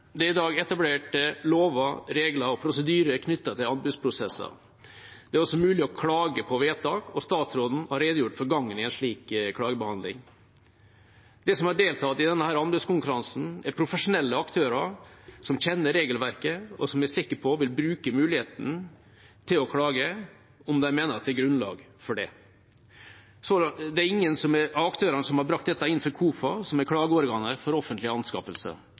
Det er i dag etablert lover, regler og prosedyrer knyttet til anbudsprosesser. Det er også mulig å klage på vedtak, og statsråden har redegjort for gangen i en slik klagebehandling. De som har deltatt i denne anbudskonkurransen, er profesjonelle aktører som kjenner regelverket, og som jeg er sikker på vil bruke muligheten til å klage om de mener at det er grunnlag for det. Det er ingen av aktørene som har brakt dette inn for KOFA, som er klageorganet for offentlige anskaffelser.